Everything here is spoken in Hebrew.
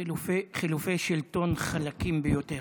חילופי שלטון חלקים ביותר.